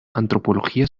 antropología